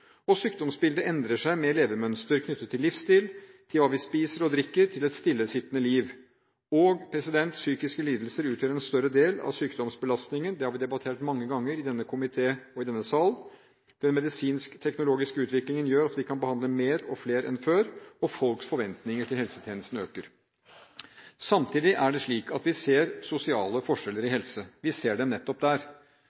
sykdommer. Sykdomsbildet endrer seg med endret levemønster knyttet til livsstil, til hva vi spiser og drikker og til et stillesittende liv. Og psykiske lidelser utgjør en større del av sykdomsbelastningen, noe vi har debattert mange ganger i denne komité og i denne sal. Den medisinsk-teknologiske utviklingen gjør at vi kan behandle mer og flere enn før, og folks forventninger til helsetjenesten øker. Samtidig er det slik at vi ser sosiale forskjeller i